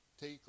take